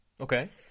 Okay